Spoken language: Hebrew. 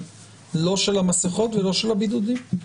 לא של המסכות ולא של הבידודים.